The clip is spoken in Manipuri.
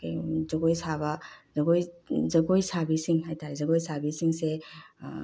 ꯖꯒꯣꯏ ꯁꯥꯕ ꯁꯒꯣꯏ ꯖꯒꯣꯏ ꯁꯥꯕꯤꯁꯤꯡ ꯍꯥꯏꯇꯔꯦ ꯖꯒꯣꯏ ꯁꯥꯕꯤꯁꯤꯡꯁꯦ